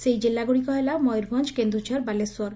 ସେହି ଜିଲ୍ଲଗୁଡ଼ିକ ହେଲା ମୟରଭଞ କେନୁଝର ବାଲେଶ୍ୱର